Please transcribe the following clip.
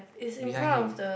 behind him